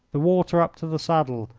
the water up to the saddle,